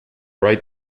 right